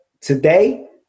today